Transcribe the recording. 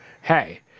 Hey